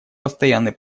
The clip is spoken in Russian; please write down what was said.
постоянный